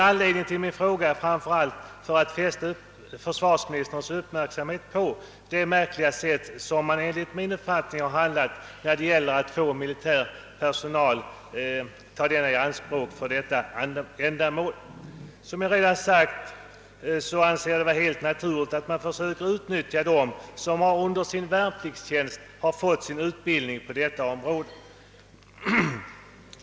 Anledningen till min fråga var framför allt att fästa uppmärksamheten på det märkliga sätt, på vilket man enligt min uppfattning handlat när det gällt att ta militär personal i anspråk för detta ändamål. Som jag redan har sagt är det helt naturligt att man försöker utnyttja dem, som under sin värnpliktstjänst fått utbildning på detta område.